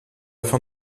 fin